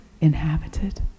inhabited